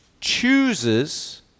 chooses